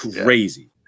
crazy